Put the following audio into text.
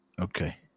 Okay